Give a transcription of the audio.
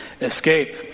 escape